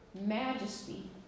majesty